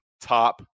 top